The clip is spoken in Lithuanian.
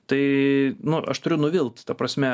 tai nu aš turiu nuvilt ta prasme